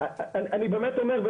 אני באמת אומר,